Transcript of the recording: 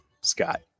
Scott